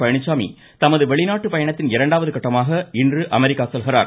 பழனிசாமி தமது வெளிநாடு பயணத்தின் இரண்டாவது கட்டமாக இன்று அமெரிக்கா செல்கிறார்